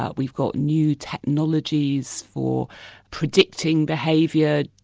ah we've got new technologies for predicting behaviour,